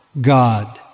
God